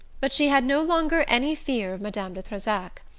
but she had no longer any fear of madame de trezac.